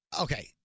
Okay